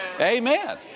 Amen